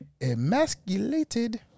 Emasculated